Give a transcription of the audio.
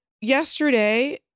yesterday